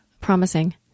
promising